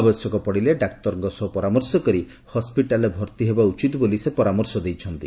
ଆବଶ୍ୟକ ପଡ଼ିଲେ ଡାକ୍ତରଙ୍କ ସହ ପରାମର୍ଶ କରି ହସ୍ୱିଟାଲରେ ଭର୍ତ୍ତି ହେବା ଉଚିତ ବୋଲି ସେ ପରାମର୍ଶ ଦେଇଛନ୍ତି